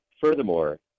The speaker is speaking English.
Furthermore